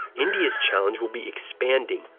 india's challenge will be expanding,